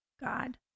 God